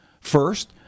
First